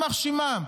יימח שמם.